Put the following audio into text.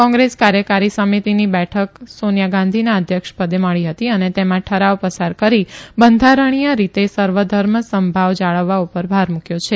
કોગ્રેસ કાર્યકારી સમિતિની બેઠક સોનિયા ગાંધીના અધ્યક્ષપદે મળી હતી અને તેમાં ઠરાવ પસાર કરી બંધારણીય રીતે સર્વ ધર્મ સમભાવ જાળવવા પર ભાર મુકયો છે